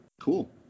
Cool